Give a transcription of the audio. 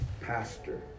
pastor